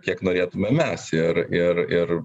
kiek norėtume mes ir ir ir